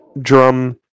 drum